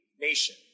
nation